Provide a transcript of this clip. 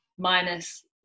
minus